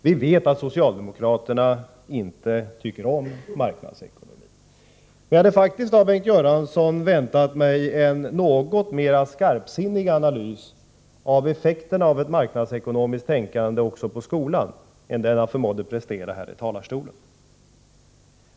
Vi vet att socialdemo kraterna inte tycker om marknadsekonomi, men jag hade faktiskt av Bengt Göransson väntat mig en något mer skarpsinnig analys av effekterna av ett marknadsekonomiskt tänkande på skolans område än den han förmådde prestera i talarstolen.